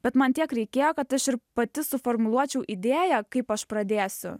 bet man tiek reikėjo kad aš ir pati suformuluočiau idėją kaip aš pradėsiu